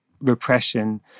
repression